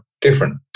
Different